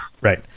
right